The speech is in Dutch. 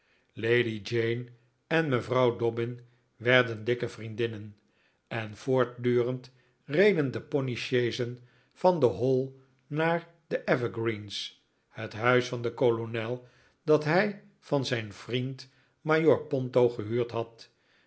lady jane en me vrouw dobbin werden dikke vriendinnen en voortdurend reden de ponysjeezen van de hall naar de evergreens het huis van den kolonel dat hij van zijn vriend majoor ponto gehuurd had